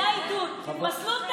זה העידוד, אמרנו.